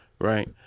Right